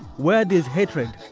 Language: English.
where there's hatred,